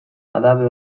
abade